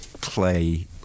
play